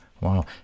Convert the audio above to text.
Wow